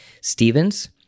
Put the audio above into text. Stevens